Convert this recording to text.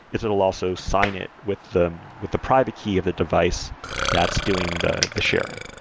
is it will also sign it with the with the private key of the device that's doing the the sharing.